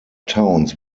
towns